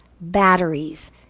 batteries